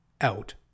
out